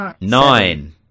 nine